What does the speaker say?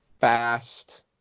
fast